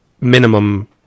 minimum